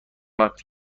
وقتی